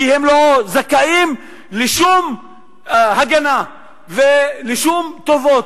כי הם לא זכאים לשום הגנה ולשום הטבות,